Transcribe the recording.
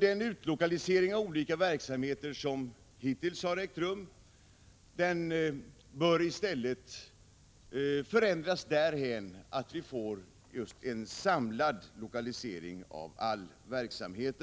Den utlokalisering av olika verksamheter som hittills har ägt rum bör i stället förändras därhän att vi får en samlad lokalisering av all verksamhet.